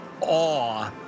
awe